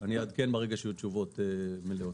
אני אעדכן ברגע שיהיו תשובות מלאות.